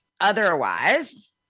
otherwise